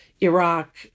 Iraq